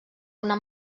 una